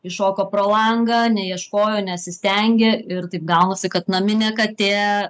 iššoko pro langą neieškojo nesistengė ir taip gavosi kad naminė katė